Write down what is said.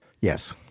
Yes